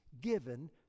given